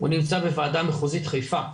נמצא בוועדה מחוזית חיפה.